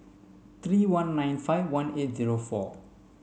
three one nine five one eight zero four